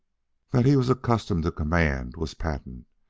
that he was accustomed to command was patent,